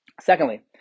Secondly